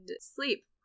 sleep